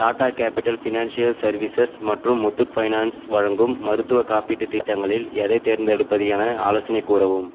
Tata capital financial services மற்றும் Muthoot finance வழங்கும் மருத்துவக் காப்பீட்டுத் திட்டங்களில் எதைத் தேர்ந்தெடுப்பது என ஆலோசனை கூறவும்